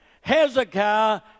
Hezekiah